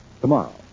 tomorrow